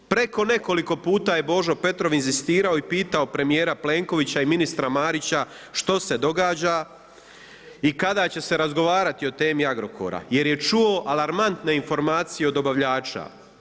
Preko nekoliko puta je Božo Petrov inzistirao i pitao premijera Plenkovića i ministra Marića što se događa i kada će se razgovarati o temi Agrokora jer je čuo alarmantne informacije od dobavljača.